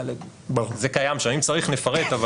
זה קיים אם צריך נפרט.